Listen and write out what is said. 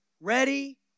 Ready